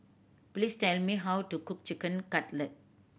please tell me how to cook Chicken Cutlet